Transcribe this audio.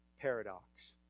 paradox